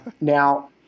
Now